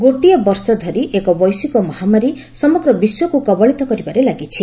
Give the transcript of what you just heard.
ଗୋଟିଏ ବର୍ଷ ଧରି ଏକ ବୈଶ୍ୱିକ ମହାମାରୀ ସମଗ୍ର ବିଶ୍ୱକୁ କବଳିତ କରିବାରେ ଲାଗିଛି